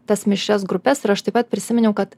tas mišrias grupes ir aš taip pat prisiminiau kad